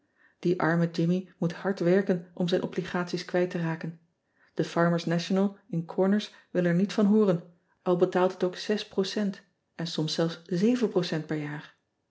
ie arme immie moet hard werken om zijn obligaties kwijt te raken he armers ational in orners wil er niet van hooren al betaalt het ook en soms zelfs per jaar